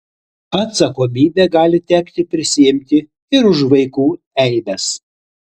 atsakomybę gali tekti prisiimti ir už vaikų eibes